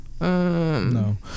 No